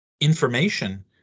information